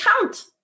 count